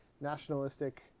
nationalistic